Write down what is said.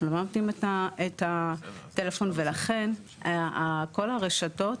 אנחנו לא מאמתים את הטלפון ולכן כל הרשתות